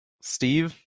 Steve